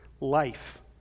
life